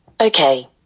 okay